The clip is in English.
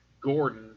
Gordon